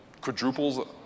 quadruples